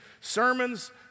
sermons